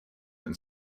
and